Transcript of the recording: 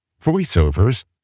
voiceovers